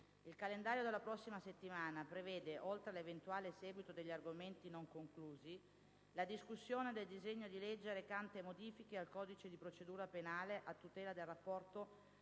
Il calendario della prossima settimana prevede, oltre all'eventuale seguito degli argomenti non conclusi, la discussione del disegno di legge recante modifiche al codice di procedura penale a tutela del rapporto